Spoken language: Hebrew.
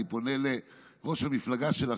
אני פונה לראש המפלגה שלך,